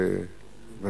היתה גם